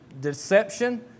deception